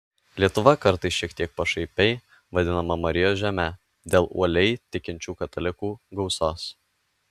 lietuva kartais šiek tiek pašaipiai vadinama marijos žeme dėl uoliai tikinčių katalikų gausos